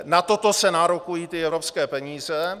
Na toto se nárokují ty evropské peníze.